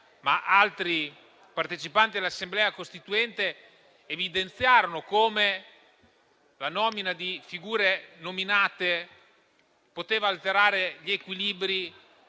ma altri partecipanti all'Assemblea costituente evidenziarono come la nomina di figure non elette poteva alterare gli equilibri